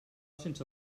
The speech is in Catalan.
sense